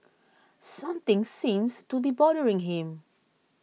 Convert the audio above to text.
something seems to be bothering him